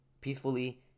peacefully